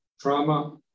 trauma